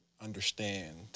understand